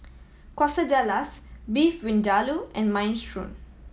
Quesadillas Beef Vindaloo and Minestrone